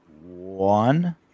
one